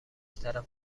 طرفه